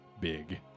Big